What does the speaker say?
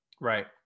Right